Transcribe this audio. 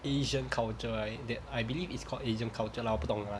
asian culture right that I believe it's called asian culture lah 我不懂 lah